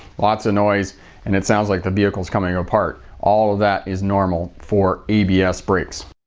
lots of noise and it sounds like the vehicle is coming apart. all of that is normal for abs brakes.